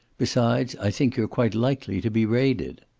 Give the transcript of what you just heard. besides, i think you're quite likely to be raided.